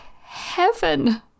heaven